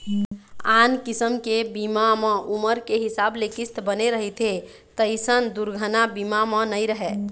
आन किसम के बीमा म उमर के हिसाब ले किस्त बने रहिथे तइसन दुरघना बीमा म नइ रहय